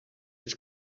had